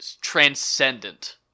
transcendent